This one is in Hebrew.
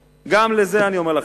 גם על זה אני אומר לכם,